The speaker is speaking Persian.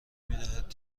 میدهد